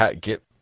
get